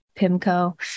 PIMCO